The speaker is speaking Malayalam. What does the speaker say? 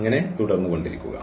അങ്ങനെ തുടർന്ന് കൊണ്ടിരിക്കുക